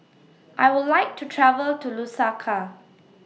I Would like to travel to Lusaka